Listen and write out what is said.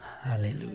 Hallelujah